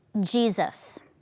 Jesus